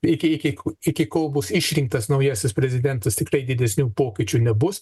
iki iki iki kol bus išrinktas naujasis prezidentas tiktai didesnių pokyčių nebus